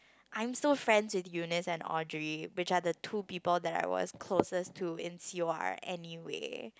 I'm so fans with Eunice and Audrey which are the two people that I was closest to in C_O_R anyway